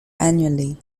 annually